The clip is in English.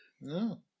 No